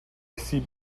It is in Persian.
سیب